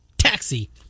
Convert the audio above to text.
Taxi